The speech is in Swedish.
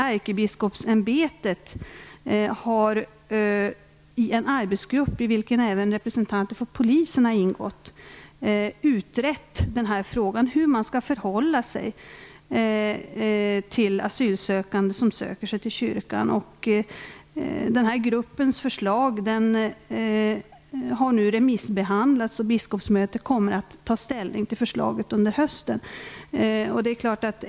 Ärkebiskopsämbetet har i en arbetsgrupp, i vilken även representanter för Polisen har ingått, utrett frågan om hur man skall förhålla sig till asylsökande som söker sig till kyrkan. Arbetsgruppens förslag har nu remissbehandlats, och biskopsmötet kommer att ta ställning till förslaget under hösten.